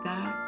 God